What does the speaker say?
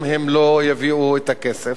אם הם לא יביאו את הכסף.